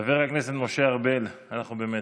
חבר הכנסת משה ארבל, אנחנו במתח.